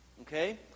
Okay